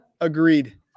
Agreed